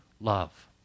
love